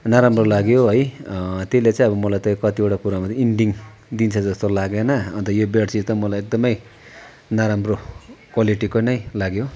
नराम्रो लाग्यो है त्यसले चाहिँ अब मलाई त कतिवटा कुरामा चाहिँ इन्डिङ दिन्छ जस्तो लागेन अन्त यो बेडसिट त मलाई एकदमै नराम्रो क्वालिटीको नै लाग्यो